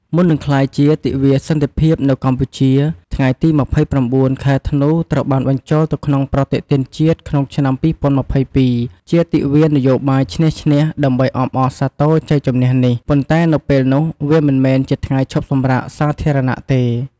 មុននឹងក្លាយជា "ទិវាសន្តិភាពនៅកម្ពុជា" ថ្ងៃទី ២៩ ខែធ្នូ ត្រូវបានបញ្ចូលទៅក្នុងប្រតិទិនជាតិក្នុងឆ្នាំ ២០២២ ជា "ទិវានយោបាយឈ្នះ-ឈ្នះ" ដើម្បីអបអរសាទរជ័យជម្នះនេះ ប៉ុន្តែនៅពេលនោះវាមិនមែនជាថ្ងៃឈប់សម្រាកសាធារណៈទេ។